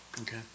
Okay